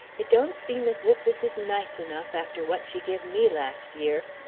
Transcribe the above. it don't seem as if this is nice enough after what she give me last year.